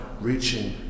reaching